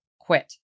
quit